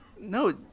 no